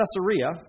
Caesarea